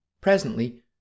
Presently